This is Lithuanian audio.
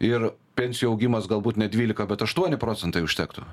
ir pensijų augimas galbūt ne dvylika bet aštuoni procentai užtektų